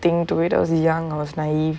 thing to it when I was young I was naive